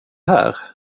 här